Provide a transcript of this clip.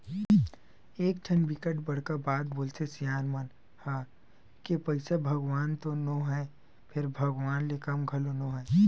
एकठन बिकट बड़का बात बोलथे सियान मन ह के पइसा भगवान तो नो हय फेर भगवान ले कम घलो नो हय